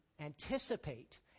anticipate